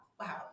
wow